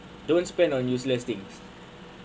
don't spend on useless things